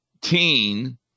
teen